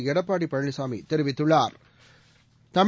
எடப்பாடி பழனிசாமி தெரிவித்துள்ளா்